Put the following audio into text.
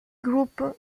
groupe